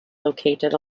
located